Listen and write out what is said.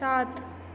सात